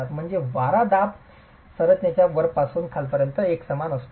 म्हणजेच वारा दाब संरचनेच्या वरपासून खालपर्यंत एकसमान असतो